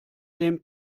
dem